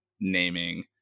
naming